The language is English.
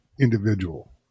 individual